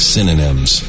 Synonyms